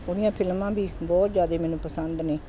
ਉਹਦੀਆਂ ਫਿਲਮਾਂ ਵੀ ਬਹੁਤ ਜ਼ਿਆਦਾ ਮੈਨੂੰ ਪਸੰਦ ਨੇ